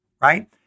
right